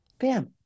bam